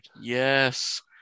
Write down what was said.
Yes